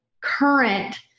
current